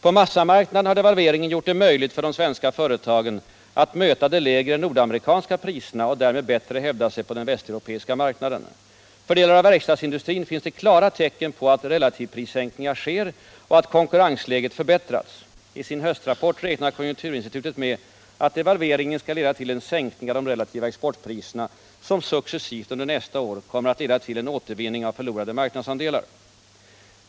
På massamarknaden har devalveringen gjort det möjligt för de svenska företagen att möta de lägre nordamerikanska priserna och därmed bättre hävda sig på den västeuropeiska marknaden. För delar av verkstadsindustrin finns det klara tecken på att relativprissänkningar sker och att konkurrensläget förbättrats. I sin höstrapport räknar konjunkturinstitutet med att devalveringen skall leda till en sänkning av de relativa exportpriserna som successivt under nästa år kommer att leda till en återvinning av förlorade marknadsandelar.